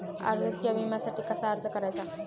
आरोग्य विम्यासाठी कसा अर्ज करायचा?